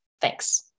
Thanks